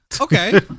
Okay